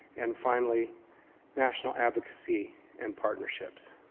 and finally national advocacy and partnerships.